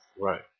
Right